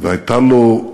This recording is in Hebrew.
והייתה לו,